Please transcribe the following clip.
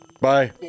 Bye